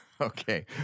Okay